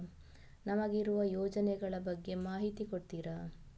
ನಮಗಿರುವ ಯೋಜನೆಗಳ ಬಗ್ಗೆ ಮಾಹಿತಿ ಕೊಡ್ತೀರಾ?